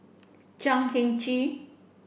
Chan Heng Chee